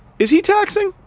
is he taxing?